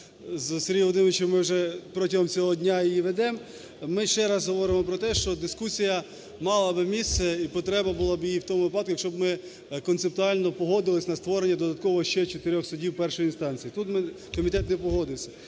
з Сергієм Володимировичем ми вже протягом цього дня її ведемо. Ми ще раз говоримо про те, що дискусія мала би місце, і потреба була б її в тому випадку, якщо б ми концептуально погодились на створення додатково ще чотирьох судів першої інстанції, тут ми, комітет, не погодився.